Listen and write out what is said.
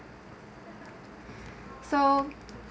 so